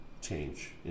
change